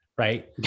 Right